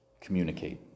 communicate